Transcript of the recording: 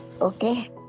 Okay